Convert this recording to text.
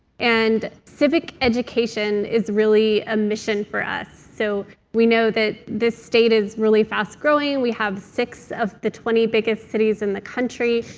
and civic education is really a mission for us. so we know that this state is really fast-growing. we have six of the twenty biggest cities in the country.